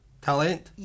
Talent